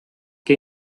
que